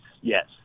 yes